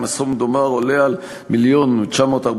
אם הסכום המדובר עולה על מיליון ש"ח